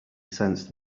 sensed